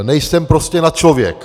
Nejsem prostě nadčlověk.